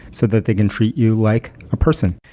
so that they can treat you like a person?